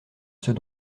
ceux